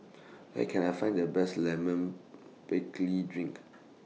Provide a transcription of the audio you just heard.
Where Can I Find The Best Lemon Drink